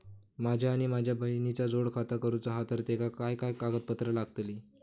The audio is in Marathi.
माझा आणि माझ्या बहिणीचा जोड खाता करूचा हा तर तेका काय काय कागदपत्र लागतली?